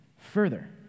further